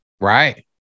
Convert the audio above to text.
right